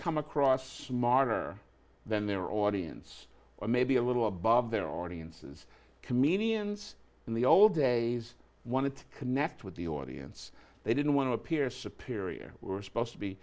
come across smarter than their audience or maybe a little above their audiences comedians in the old days wanted to connect with the audience they didn't want to appear superior we were supposed to be